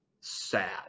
sad